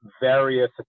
various